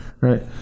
right